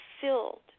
filled